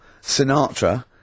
Sinatra